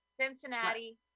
Cincinnati